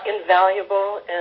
invaluable